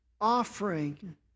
offering